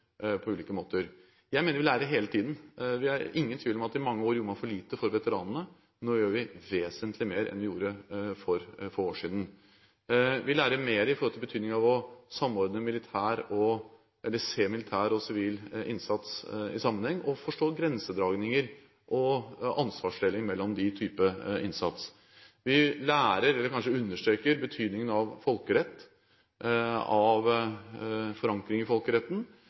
på ulike måter. Jeg mener vi lærer hele tiden. Det er ingen tvil om at vi i mange år gjorde for lite for veteranene. Nå gjør vi vesentlig mer enn vi gjorde for få år siden. Vi lærer mer i betydningen av å se militær og sivil innsats i sammenheng og forstå grensedragninger og ansvarsdeling mellom disse typer innsats. Vi lærer, eller kanskje understreker, betydningen av folkerett, av forankring i folkeretten